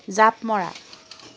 জাঁপ মৰা